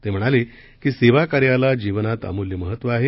ते म्हणाले की सेवा कार्याला जीवनात अमुल्य महत्व आहे